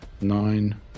Nine